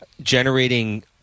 generating